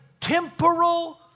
temporal